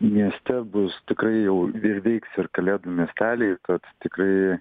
mieste bus tikrai jau ir veiks ir kalėdų miesteliai tad tikrai